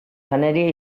janaria